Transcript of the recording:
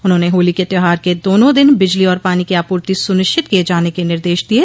उन्होंने होली के त्योहार के दोनों दिन बिजली और पानी को आपूर्ति सुनिश्चित किये जाने के निर्देश दिये